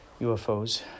UFOs